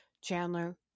Chandler